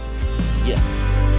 Yes